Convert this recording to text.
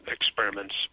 experiment's